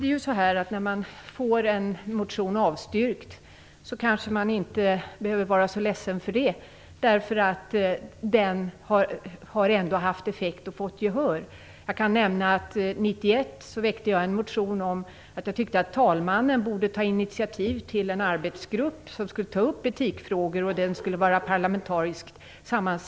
När riksdagen avslår en motion som man själv har väckt kanske man inte behöver vara ledsen för det, därför att den har ändå haft effekt och fått gehör. Jag kan nämna att jag 1991 väckte en motion om att talmannen borde ta initiativ till en arbetsgrupp som skulle ta upp etikfrågor och som skulle vara parlamentariskt sammansatt.